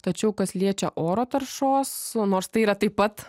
tačiau kas liečia oro taršos nors tai yra taip pat